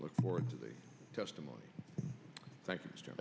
look forward to the testimony thank you